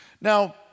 Now